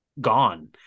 gone